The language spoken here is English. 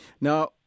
Now